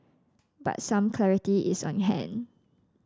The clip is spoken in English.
but some clarity is on hand